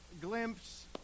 glimpse